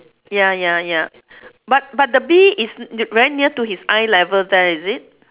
ya ya ya but but the bee is very near to his eye level there is it